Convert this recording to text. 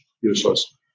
useless